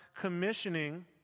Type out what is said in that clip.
commissioning